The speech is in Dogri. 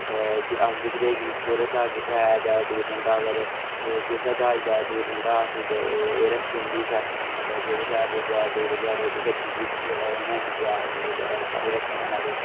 अस दिखदे कि कोह्दा ज्हाज जेह्का ऐ ज्यादा च दूर जंदा ऐ अगर जिसदा ज्हाज ज्यादा दूर जंदा अस एह् एह् रक्खी होंदी शर्त कि मतलब जेह्दा ज्हाज जे ज्यादा दूर गेआ चे जेकर जित्ती गेआ उनें दूआ मतलब चाहे रक्खी लैना ते